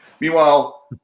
Meanwhile